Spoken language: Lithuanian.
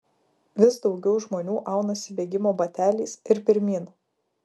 vis daugiau žmonių aunasi bėgimo bateliais ir pirmyn